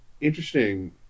interesting